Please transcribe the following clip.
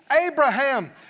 Abraham